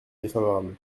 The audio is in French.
défavorable